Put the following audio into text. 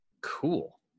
Cool